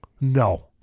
no